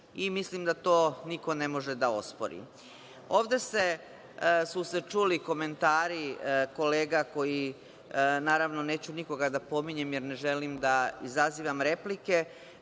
I mislim da to niko ne može da ospori. Ovde su se čuli komentari kolega koji, naravno, neću nikoga da pominjem, jer ne želim da izazivam replike,